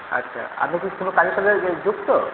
আচ্ছা আপনি কি কোন কাজের সঙ্গে যুক্ত